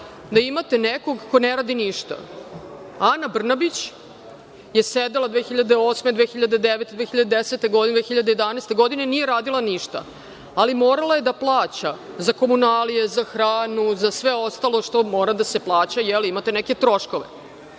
da imate nekog ko ne radi ništa, Ana Brnabić je sedela 2008, 2009, 2010, 2011. godine, nije radila ništa, ali morala je da plaća za komunalije, za hranu, za sve ostalo što mora da se plaća, jel, imate neke troškove.